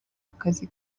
akazi